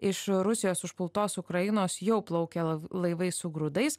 iš rusijos užpultos ukrainos jau plaukia lai laivai su grūdais